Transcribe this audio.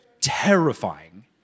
terrifying